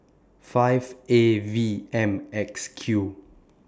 five A V M X Q